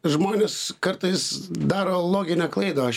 žmonės kartais daro loginę klaidą aš